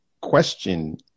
question